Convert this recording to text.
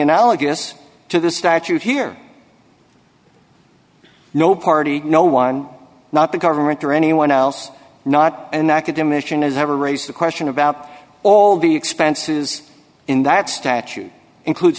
analogous to the statute here no party no one not the government or anyone else not an academic has ever raised the question about all the expenses in that statute includes